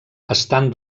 estan